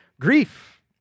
grief